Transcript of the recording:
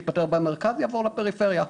התפטר במרכז יעבור לפריפריה.